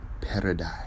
paradise